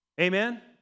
Amen